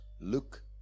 look